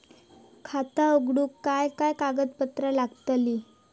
खाता उघडूक काय काय कागदपत्रा लागतली?